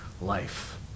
life